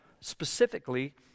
specifically